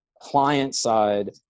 client-side